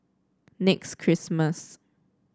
Next Christmas